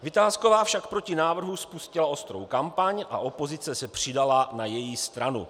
Vitásková však proti návrhu spustila ostrou kampaň a opozice se přidala na její stranu.